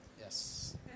Yes